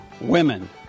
women